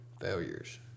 failures